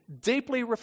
deeply